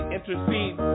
Intercede